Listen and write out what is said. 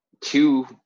two